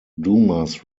dumas